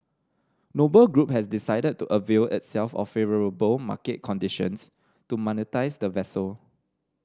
Noble Group has decided to avail itself of favourable market conditions to monetise the vessel